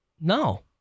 No